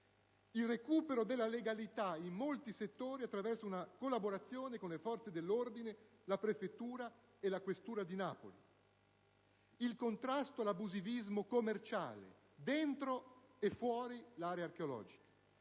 il recupero della legalità in molti settori, attraverso una collaborazione con le forze dell'ordine, la prefettura e la questura di Napoli; il contrasto all'abusivismo commerciale, dentro e fuori l'area archeologica;